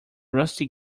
rusty